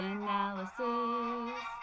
analysis